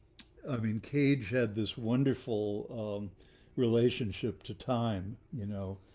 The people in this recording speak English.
i mean, cage had this wonderful relationship to time, you know,